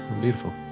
Beautiful